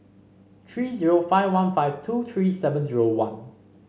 three zero five one five two three seven zero one